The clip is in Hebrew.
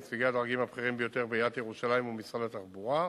נציגי הדרגים הבכירים ביותר בעיריית ירושלים ובמשרד התחבורה.